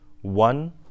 one